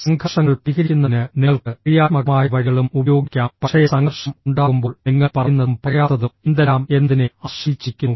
സംഘർഷങ്ങൾ പരിഹരിക്കുന്നതിന് നിങ്ങൾക്ക് ക്രിയാത്മകമായ വഴികളും ഉപയോഗിക്കാം പക്ഷേ സംഘർഷം ഉണ്ടാകുമ്പോൾ നിങ്ങൾ പറയുന്നതും പറയാത്തതും എന്തെല്ലാം എന്നതിനെ ആശ്രയിച്ചിരിക്കുന്നു